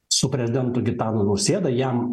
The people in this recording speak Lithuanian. su prezidentu gitanu nausėda jam